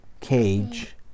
cage